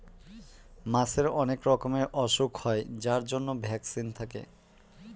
মাছের অনেক রকমের ওসুখ হয় যার জন্য ভ্যাকসিন থাকে